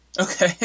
Okay